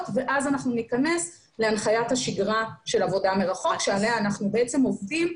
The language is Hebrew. ואז אנחנו ניכנס להנחיית השגרה של עבודה מרחוק שעליה אנחנו עובדים.